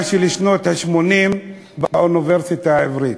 של שנות ה-80 באוניברסיטה העברית.